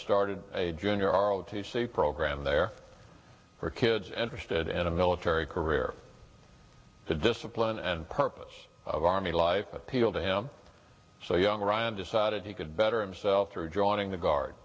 started a junior r o t c program there for kids interested in a military career the discipline and purpose of army life appealed to him so young ryan decided he could better himself through joining the guard